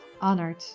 honored